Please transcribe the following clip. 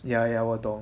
ya ya 我懂